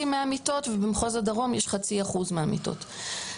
מהמיטות ובמחוז הדרום יש 0.5% מהמיטות.